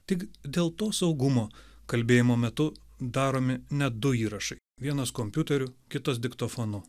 tik dėl to saugumo kalbėjimo metu daromi ne du įrašai vienas kompiuteriu kitas diktofonu